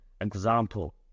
Example